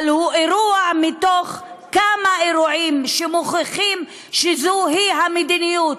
אבל הוא אירוע מתוך כמה אירועים שמוכיחים שזוהי המדיניות.